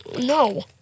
No